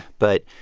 but,